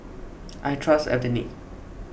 I trust Avene